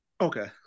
Okay